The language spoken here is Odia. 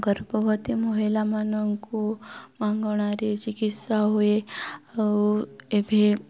ଗର୍ଭବତୀ ମହିଳାମାନଙ୍କୁ ମାଗଣାରେ ଚିକିତ୍ସା ହୁଏ ଆଉ ଏବେ